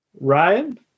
Ryan